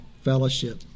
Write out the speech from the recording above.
fellowship